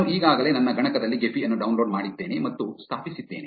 ನಾನು ಈಗಾಗಲೇ ನನ್ನ ಗಣಕದಲ್ಲಿ ಗೆಫಿ ಅನ್ನು ಡೌನ್ಲೋಡ್ ಮಾಡಿದ್ದೇನೆ ಮತ್ತು ಸ್ಥಾಪಿಸಿದ್ದೇನೆ